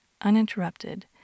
uninterrupted